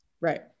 right